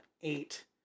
eight